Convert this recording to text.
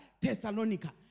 Thessalonica